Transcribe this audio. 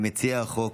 ממציעי החוק,